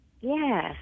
Yes